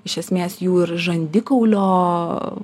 iš esmės jų ir žandikaulio